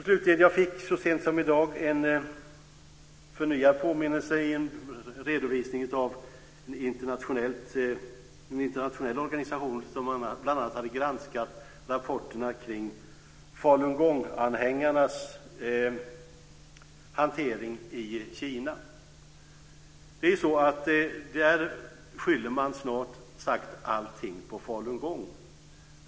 Slutligen vill jag säga att jag så sent som i dag fick en förnyad påminnelse i en redovisning av en internationell organisation som bl.a. hade granskat rapporterna omkring hanteringen av falungonganhängarna i Kina. I Kina skyller man snart sagt allting på falungong.